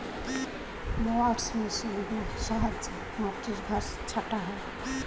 mowers মেশিনের সাহায্যে মাটির ঘাস ছাঁটা হয়